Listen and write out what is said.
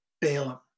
Balaam